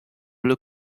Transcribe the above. blue